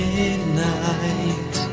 Midnight